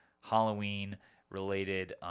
Halloween-related